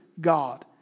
God